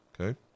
okay